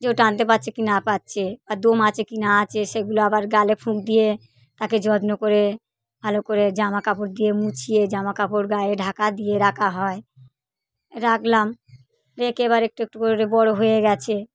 যে ও টানতে পাচ্ছে কি না পাচ্ছে আর দম আছে কি না আছে সেগুলো আবার গালে ফুঁক দিয়ে তাকে যত্ন করে ভালো করে জামা কাপড় দিয়ে মুছিয়ে জামা কাপড় গায়ে ঢাকা দিয়ে রাখা হয় রাখলাম রেখে এবার একটু একটু করে বড়ো হয়ে গেছে